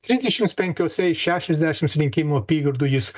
trisdešims penkiose iš šešiasdešims rinkimų apygardų jis